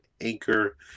anchor